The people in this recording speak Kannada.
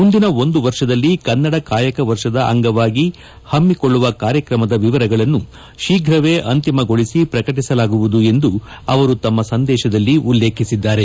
ಮುಂದಿನ ಒಂದು ವರ್ಷದಲ್ಲಿ ಕನ್ನಡ ಕಾಯಕ ವರ್ಷದ ಅಂಗವಾಗಿಹಮ್ಮಿಕೊಳ್ಳುವ ಕಾರ್ಯಕ್ರಮದ ವಿವರಗಳನ್ನು ಶೀಘವೇ ಅಂತಿಮಗೊಳಿಸಿ ಪ್ರಕಟಸಲಾಗುವುದು ಎಂದು ಅವರು ತಮ್ಮ ಸಂದೇಶದಲ್ಲಿ ಉಲ್ಲೇಖಿಸಿದ್ದಾರೆ